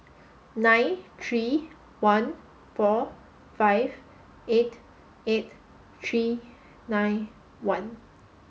nine three one four five eight eight three nine one